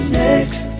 next